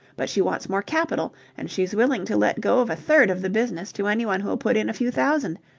but she wants more capital, and she's willing to let go of a third of the business to anyone who'll put in a few thousand.